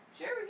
Sure